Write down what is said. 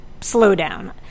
slowdown